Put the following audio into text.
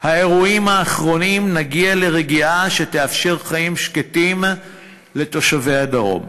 האירועים האחרונים נגיע לרגיעה שתאפשר חיים שקטים לתושבי הדרום.